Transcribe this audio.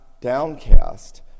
downcast